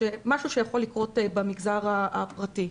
משהו שיכול לקרות במגזר הפרטי.